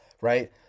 right